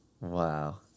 Wow